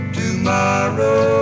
tomorrow